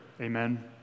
amen